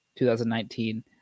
2019